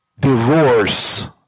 Divorce